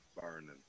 burning